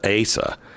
Asa